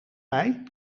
mij